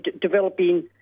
developing